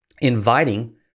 inviting